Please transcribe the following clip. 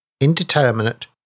indeterminate